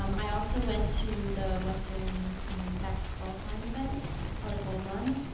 um i also went to the western vex qualifying event held at bull run,